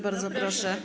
Bardzo proszę.